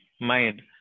mind